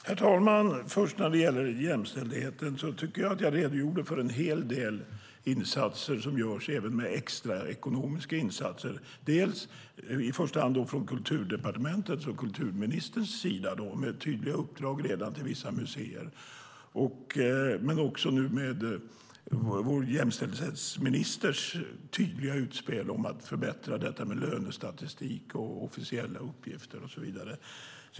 Herr talman! När det först gäller jämställdheten redogjorde jag för en hel del insatser som görs även med extra ekonomiska medel. Det gäller i första hand från Kulturdepartementets och kulturministerns sida. Det finns redan tydliga uppdrag till vissa museer. Vår jämställdhetsminister har nu gjort tydliga utspel om att förbättra detta med lönestatistik och officiella uppgifter och så vidare.